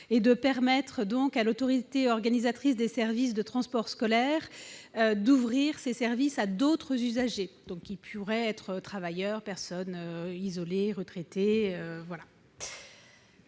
est de permettre à l'autorité organisatrice des services de transports scolaires d'ouvrir ses services à d'autres usagers : travailleurs, personnes isolées, retraités.